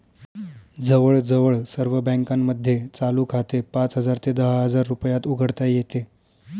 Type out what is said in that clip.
जवळजवळ सर्व बँकांमध्ये चालू खाते पाच हजार ते दहा हजार रुपयात उघडता येते